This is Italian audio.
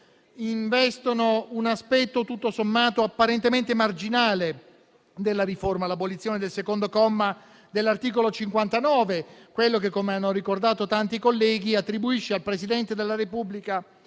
investono un aspetto tutto sommato apparentemente marginale della riforma: l'abolizione del secondo comma dell'articolo 59, che - come hanno ricordato tanti colleghi - attribuisce al Presidente della Repubblica